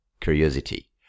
curiosity